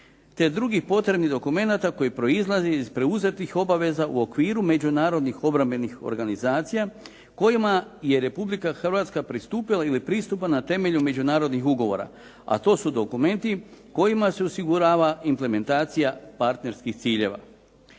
te drugih potrebnih dokumenata koje proizlaze iz preuzetih obaveza u okviru međunarodnih obrambenih organizacija kojima je Republika Hrvatska pristupila ili pristupa na temelju međunarodnih ugovora, a to su dokumenti kojima se osigurava implementacija partnerskih ciljeva.